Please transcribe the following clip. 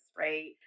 right